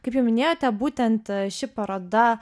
kaip jau minėjote būtent ši paroda